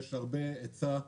ויש הרבה היצע,